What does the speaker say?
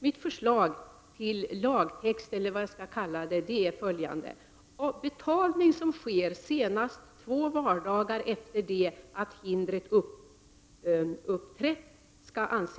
Mitt förslag till lagtext är följande: